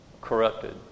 corrupted